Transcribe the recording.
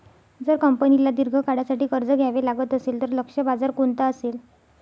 जर कंपनीला दीर्घ काळासाठी कर्ज घ्यावे लागत असेल, तर लक्ष्य बाजार कोणता असेल?